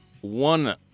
one